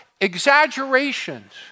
exaggerations